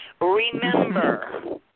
Remember